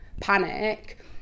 panic